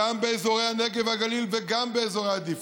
גם באזורי הנגב והגליל וגם באזורי עדיפות,